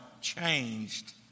changed